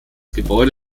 gebäude